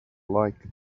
like